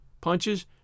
punches